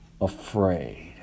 afraid